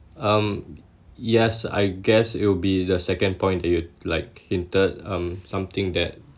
um yes I guess it will be the second point that you like hinted um something that